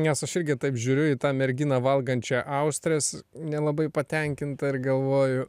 nes aš irgi taip žiūriu į tą merginą valgančią austres nelabai patenkinta ir galvoju